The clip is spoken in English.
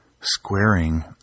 squaring